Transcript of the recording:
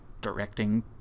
directing